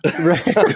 Right